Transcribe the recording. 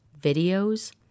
videos